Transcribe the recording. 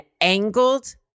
angled